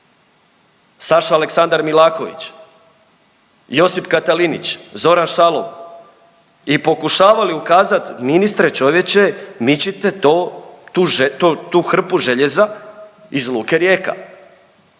Saša Aleksandar Milaković, Josip Katalinić, Zoran Šalov i pokušavali ukazati ministre čovječe mičite to, tu hrpu željeza iz luke Rijeka.